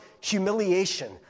humiliation